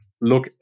look